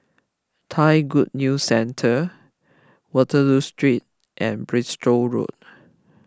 Thai Good News Centre Waterloo Street and Bristol Road